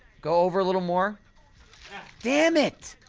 go over a little more damn it!